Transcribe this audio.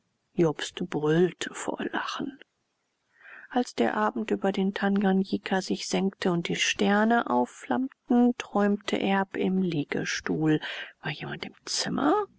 jobst brüllte vor lachen als der abend über den tanganjika sich senkte und die steine aufflammten träumte erb im liegestuhl war jemand im zimmer